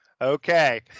Okay